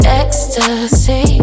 ecstasy